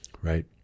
right